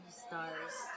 stars